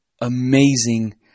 amazing